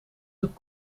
zijn